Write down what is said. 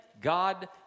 God